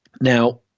Now